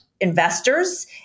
investors